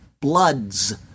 bloods